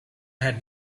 had